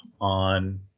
on